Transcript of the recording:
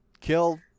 kill